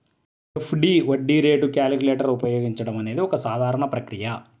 FD వడ్డీ rate calculator ఉపయోగించడం అనేది ఒక సాధారణ ప్రక్రియ